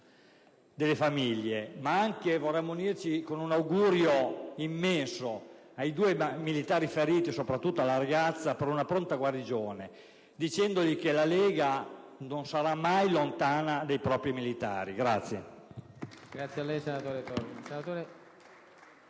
delle famiglie, ma anche esprimere un augurio immenso ai due militari feriti, soprattutto alla ragazza, per una pronta guarigione, dicendo loro che la Lega Nord non sarà mai lontana dai nostri militari.